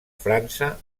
frança